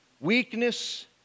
weakness